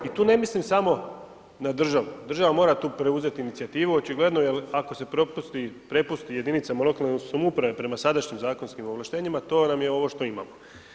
I tu ne mislim samo na državu, država mora tu preuzeti inicijativu očigledno jer ako se prepusti jedinicama lokalne samouprave prema sadašnjim zakonskim ovlaštenjima to nam je ovo što imamo.